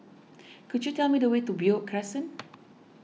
could you tell me the way to Beo Crescent